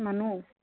মানুহ